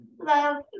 love